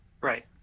Right